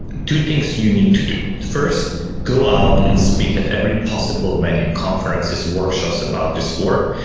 two things you need to do first go out and speak at every possible venue, conferences, workshops about this work,